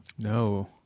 No